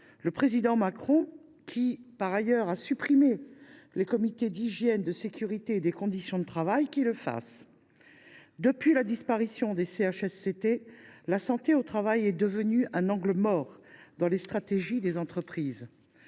a pris l’initiative de supprimer les comités d’hygiène, de sécurité et des conditions de travail (CHSCT)… Depuis la disparition des CHSCT, la santé au travail est devenue un angle mort dans les stratégies des entreprises.